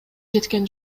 жеткен